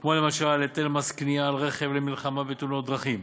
כמו למשל היטל מס קנייה על רכב למלחמה בתאונות דרכים,